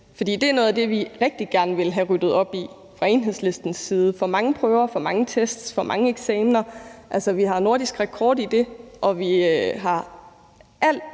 for det er noget af det, vi rigtig gerne vil have ryddet op i fra Enhedslistens side. Der er for mange prøver, for mange tests, for mange eksamener; vi har nordisk rekord i det, og vi har alt,